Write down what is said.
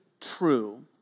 true